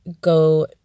go